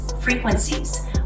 frequencies